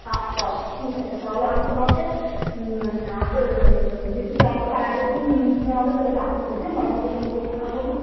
আচ্ছা আচ্ছা ঠিক আছে তাহলে আমি তোমাকে আগের যেদিন যাবো তার আগের দিন তুমি আমাকে তাহলে জানিয়ে দেবে হ্যাঁ বাড়ির লোক কি বললো না বললো